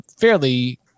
fairly